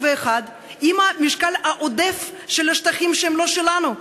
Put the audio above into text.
עם המשקל העודף של שטחים שהם לא שלנו,